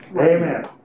Amen